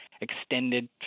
extended